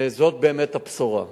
וזאת באמת הבשורה.